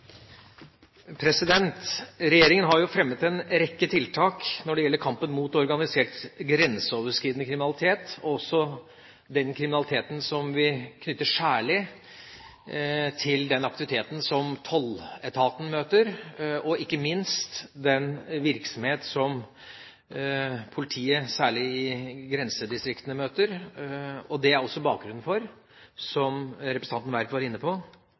for. Regjeringa har fremmet en rekke tiltak når det gjelder kampen mot organisert, grenseoverskridende kriminalitet og den kriminaliteten som vi knytter til særlig den aktiviteten som tolletaten møter, og, ikke minst, den virksomheten som politiet, særlig i grensedistriktene, møter. Det er også bakgrunnen for, som representanten Werp var inne på,